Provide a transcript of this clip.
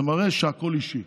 זה מראה שהכול אישי.